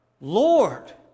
Lord